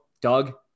Doug